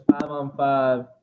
five-on-five